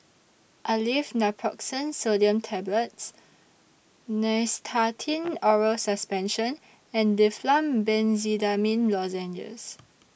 Aleve Naproxen Sodium Tablets Nystatin Oral Suspension and Difflam Benzydamine Lozenges